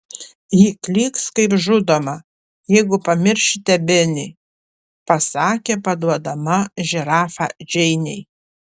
ji klyks kaip žudoma jeigu pamiršite benį pasakė paduodama žirafą džeinei